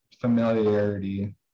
familiarity